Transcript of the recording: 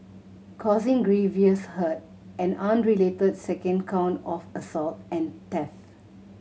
causing grievous hurt an unrelated second count of assault and theft